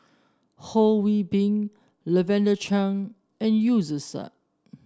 Ho Yee Ping Lavender Chang and Zubir Said